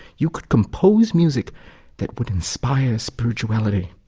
you could compose music that would inspire spirituality